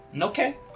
Okay